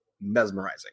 mesmerizing